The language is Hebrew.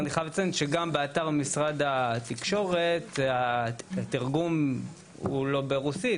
אני חייב לציין שגם באתר משרד התקשורת התרגום הוא לא ברוסית,